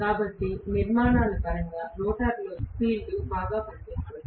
కాబట్టి నిర్మాణ వివరాల పరంగా రోటర్లోని ఫీల్డ్ బాగా పనిచేస్తుంది